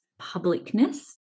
publicness